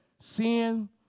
sin